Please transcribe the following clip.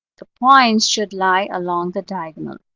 the points should lie along the diagonal.